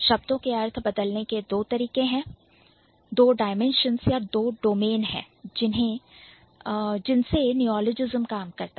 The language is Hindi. शब्दों के अर्थ बदलने के दो तरीके हैं दो डाइमेंशंस या दो डोमेन है जिनसे नियॉलजिस्म काम करता है